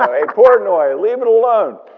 hey portnoy, leave it alone!